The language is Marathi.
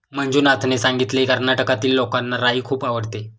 मंजुनाथने सांगितले, कर्नाटकातील लोकांना राई खूप आवडते